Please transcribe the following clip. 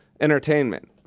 entertainment